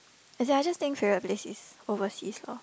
as in I just think favourite place is overseas loh